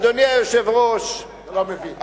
אדוני היושב-ראש,